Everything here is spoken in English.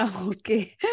okay